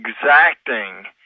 exacting